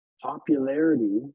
popularity